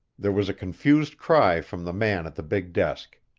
there was a confused cry from the man at the big desk.